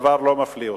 הדבר לא מפליא אותנו.